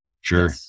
Sure